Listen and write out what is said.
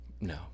No